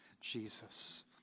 Jesus